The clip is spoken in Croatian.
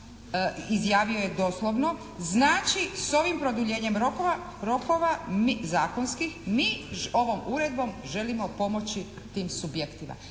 izjavio je doslovno: «Znači s ovim produljenjem rokova zakonskih mi ovom uredbom želimo pomoći tim subjektima.»